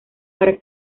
para